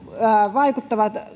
vaikuttavat